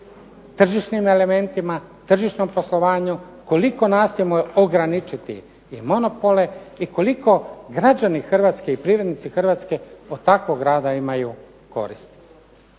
tržišnim elementima, tržišnom poslovanju, koliko nastojimo ograničiti i monopole i koliko građani Hrvatske i privrednici Hrvatske od takvog rada imaju koristi.